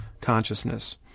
consciousness